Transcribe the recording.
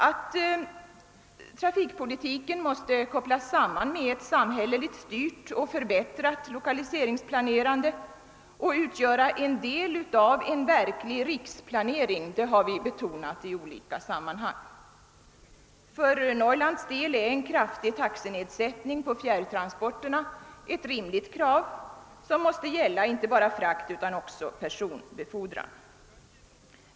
Att trafikpolitiken måste kopplas samman med ett samhälleligt styrt och förbättrat lokaliseringsplanerande och utgöra en del av en verklig riksplanering har vi betonat i olika sammanhang. För Norrlands del är en kraftig taxenedsättning på fjärrtransporterna ett rimligt krav som måste gälla inte bara fraktutan också personbefordran.